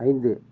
ஐந்து